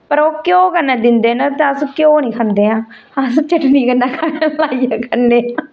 पर ओह् घ्योऽ कन्नै दिंदे न ते अस घ्योऽ निं खंदे आं अस चटनी कन्नै खन्ने लाइये खन्ने